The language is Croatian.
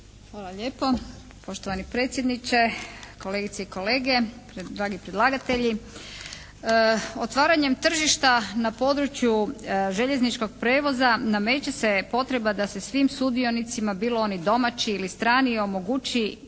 Hvala lijepo. Poštovani predsjedniče, kolegice i kolege, dragi predlagatelji. Otvaranjem tržišta na području željezničkog prijevoza nameće se potreba da se svim sudionicima bilo oni domaći ili strani omoguće